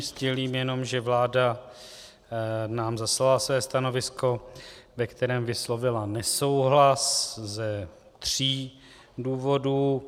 Sdělím jenom, že vláda nám zaslala své stanovisko, ve kterém vyslovila nesouhlas ze tří důvodů.